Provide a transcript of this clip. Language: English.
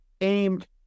aimed